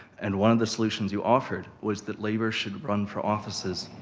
and one of the solutions you offered was that labor should run for offices,